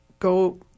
Go